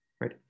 right